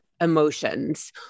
emotions